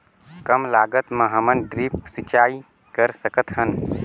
कम लागत मे हमन ड्रिप सिंचाई कर सकत हन?